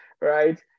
right